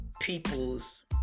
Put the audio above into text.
people's